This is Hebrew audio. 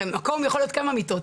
מקום יכול להיות עם כמה מיטות,